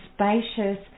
spacious